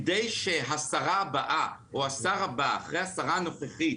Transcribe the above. כדי שהשרה הבאה או השר הבא אחרי השרה הנוכחית